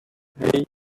hey